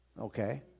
Okay